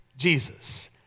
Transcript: Jesus